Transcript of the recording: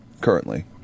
Currently